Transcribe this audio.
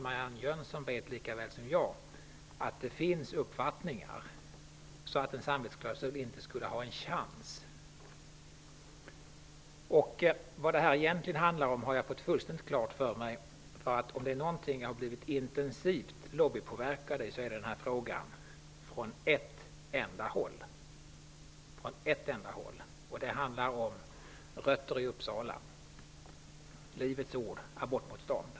Marianne Jönsson vet lika väl som jag att det finns uppfattningar som gör att en samvetsklausul inte skulle ha en chans. Vad det egentligen handlar om har jag fått fullständigt klart för mig. Om det har varit en intensiv lobbypåverkan i någon fråga så gäller det just denna fråga, och då från ett enda håll -- rötterna finns i Uppsala. Jag tänker då på Livets ord och på abortmotstånd.